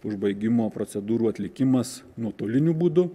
užbaigimo procedūrų atlikimas nuotoliniu būdu